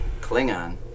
Klingon